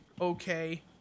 okay